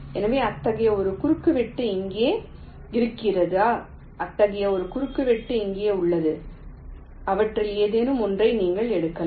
எனவே அத்தகைய ஒரு குறுக்குவெட்டு இங்கே இருக்கிறதா அத்தகைய ஒரு குறுக்குவெட்டு இங்கே உள்ளது அவற்றில் ஏதேனும் ஒன்றை நீங்கள் எடுக்கலாம்